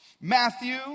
Matthew